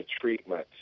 treatment